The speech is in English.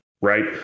right